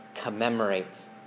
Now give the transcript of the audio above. commemorates